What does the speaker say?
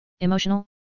emotional